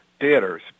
theaters